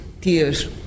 tears